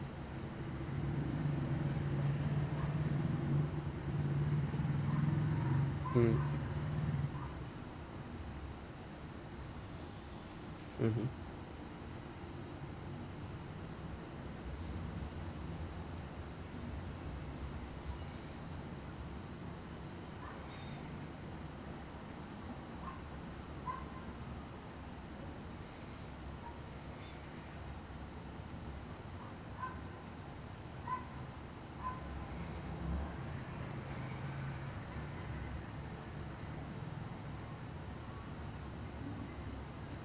mm mmhmm